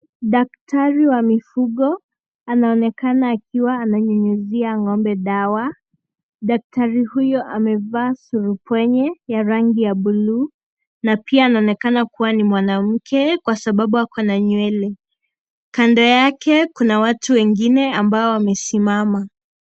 Daktari wa mifugo anaonekana kuwa ananyunyizia ngombe dawa. Daktari huyo amevaa surupwenye ya rangi ya bluu na pia anaonekana kuwa ni mwanamke kwa sababu ako na nywele. Kando yake kuna watu wengine ambao wamesimama.